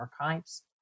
archives